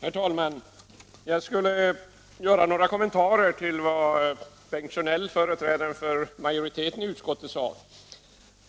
Herr talman! Jag skulle vilja göra några kommentarer till vad Bengt Sjönell, företrädare för majoriteten i utskottet, sade.